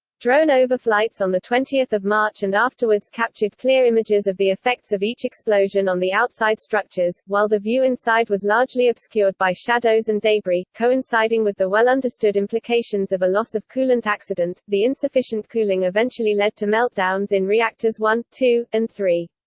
drone overflights on twenty march and afterwards captured clear images of the effects of each explosion on the outside structures, while the view inside was largely obscured by shadows and debris coinciding with the well understood implications of a loss of coolant accident, the insufficient cooling eventually led to meltdowns in reactors one, two, and three.